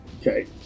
okay